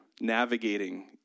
navigating